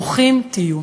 ברוכים תהיו.